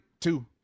Two